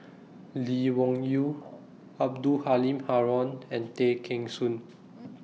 Lee Wung Yew Abdul Halim Haron and Tay Kheng Soon